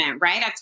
right